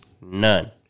None